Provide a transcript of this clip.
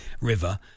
river